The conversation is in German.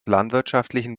landwirtschaftlichen